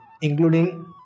including